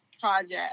Project